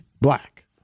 black